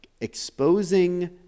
exposing